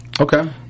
Okay